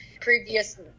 previous